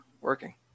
working